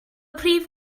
prif